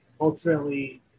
ultimately